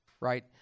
right